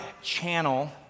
channel